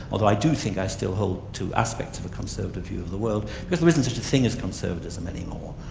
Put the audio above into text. although i do think i still hold to aspects of a conservative view of the world because there isn't such a thing as conservatism any more,